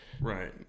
right